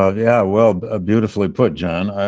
ah yeah, well, a beautifully put, john.